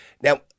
Now